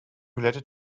related